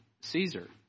Caesar